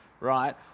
right